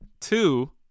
two